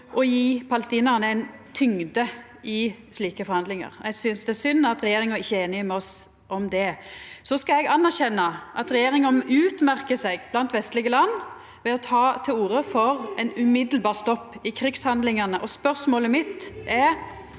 og gje palestinarane ei tyngd i slike forhandlingar. Eg synest det er synd at regjeringa ikkje er einig med oss om det. Så skal eg anerkjenna at regjeringa utmerkar seg blant vestlege land ved å ta til orde for ein umiddelbar stopp i krigshandlingane. Spørsmålet mitt er: